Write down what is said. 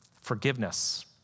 forgiveness